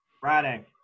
Friday